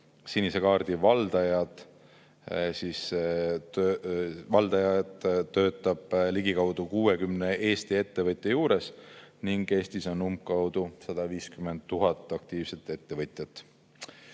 Sinise kaardi valdajaid töötab ligikaudu 60 Eesti ettevõtte juures, Eestis on aga umbkaudu 150 000 aktiivset ettevõtet. Edasi